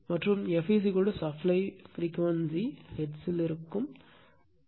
மற்றும் f supply frequency hertz ல் இது ஹெர்ட்ஸில் உள்ளது